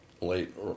late